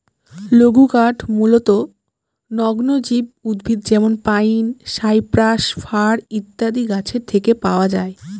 লঘুকাঠ মূলতঃ নগ্নবীজ উদ্ভিদ যেমন পাইন, সাইপ্রাস, ফার ইত্যাদি গাছের থেকে পাওয়া যায়